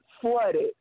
flooded